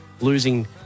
losing